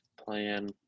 plan